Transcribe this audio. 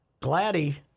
Gladdy